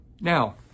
now